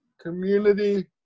community